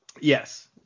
Yes